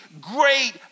great